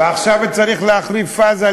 ועכשיו צריך להחליף פאזה,